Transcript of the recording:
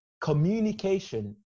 communication